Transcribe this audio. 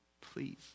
please